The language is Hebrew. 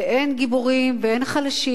ואין גיבורים ואין חלשים.